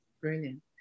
Brilliant